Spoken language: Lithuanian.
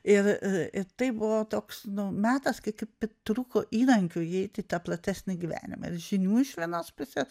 ir ir tai buvo toks metas kai ir trūko įrankių įeit į tą platesnį gyvenimą ir žinių iš vienos pusės